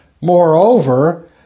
Moreover